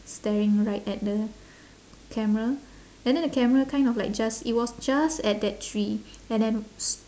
staring right at the camera and then the camera kind of like just it was just at that tree and then s~